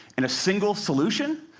and a single solution?